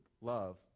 love